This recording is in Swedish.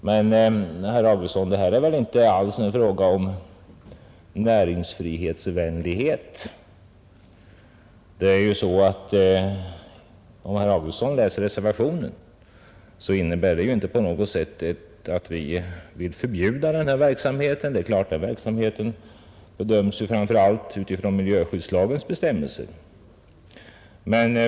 Men, herr Augustsson, detta är väl inte alls en fråga om näringsfrihetsvänlighet. Om herr Augustsson läser reservationen, finner han att den inte på något sätt innebär att vi vill förbjuda denna verksamhet. Det är klart att denna verksamhet skall bedömas framför allt med hänsyn till miljöskyddslagens bestämmelser.